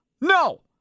No